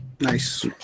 Nice